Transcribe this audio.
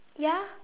ya